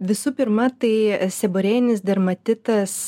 visų pirma tai seborėjinis dermatitas